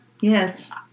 Yes